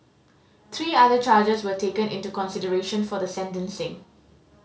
three other charges were taken into consideration for the sentencing